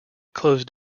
closed